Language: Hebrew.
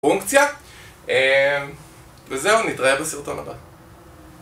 פונקציה? אה... וזהו, נתראה בסרטון הבא